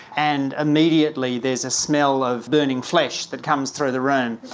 and immediately there is a smell of burning flesh that comes through the room.